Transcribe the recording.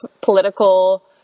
political